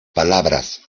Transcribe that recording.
palabras